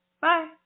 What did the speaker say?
bye